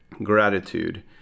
gratitude